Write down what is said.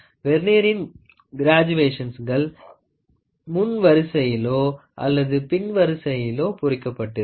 வெர்னியரின் கிராஜுவேஷன்ஸ்கள் முன் வரிசையிலலோ அல்லது பின்வருசயிலோ பொறிக்கப்பட்டிருக்கும்